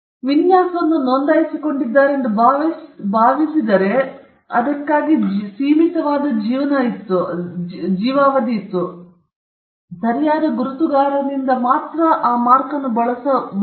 ಅವರು ವಿನ್ಯಾಸವನ್ನು ನೋಂದಾಯಿಸಿಕೊಂಡಿದ್ದಾರೆಂದು ಭಾವಿಸಿದರೆ ಮತ್ತು ಅದಕ್ಕಾಗಿ ಸೀಮಿತವಾದ ಜೀವನವಿತ್ತು ಅದು ಬಂದು ಹೋಗಬಹುದು ಆದರೆ ಸರಿಯಾದ ಗುರುತುಗಾರನಿಂದ ಮಾತ್ರ ಮಾರ್ಕ್ ಅನ್ನು ಬಳಸಬಹುದು